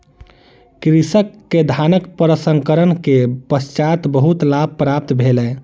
कृषक के धानक प्रसंस्करण के पश्चात बहुत लाभ प्राप्त भेलै